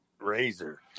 Razor